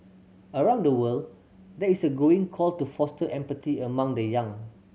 around the world there is a growing call to foster empathy among the young